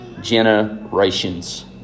generations